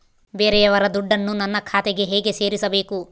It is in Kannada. ಬೇರೆಯವರ ದುಡ್ಡನ್ನು ನನ್ನ ಖಾತೆಗೆ ಹೇಗೆ ಸೇರಿಸಬೇಕು?